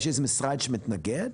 יש איזה משרד שמתנגד?